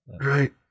Right